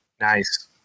Nice